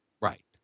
Right